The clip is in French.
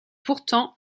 pourtant